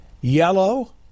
yellow